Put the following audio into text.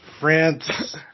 France